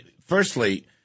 firstly